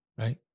right